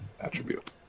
attribute